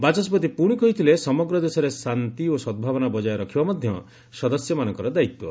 ବାଚସ୍କତି ପୁଣି କହିଥିଲେ ସମଗ୍ର ଦେଶରେ ଶାନ୍ତି ଓ ସଦ୍ଭାବନା ବଜାୟ ରଖିବା ମଧ୍ୟ ସଦସ୍ୟମାନଙ୍କର ଦାୟିତ୍ୱ